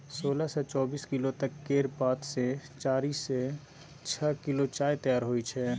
सोलह सँ चौबीस किलो तक केर पात सँ चारि सँ छअ किलो चाय तैयार होइ छै